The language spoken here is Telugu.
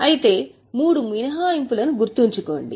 అయితే మూడు మినహాయింపులను గుర్తుంచుకోండి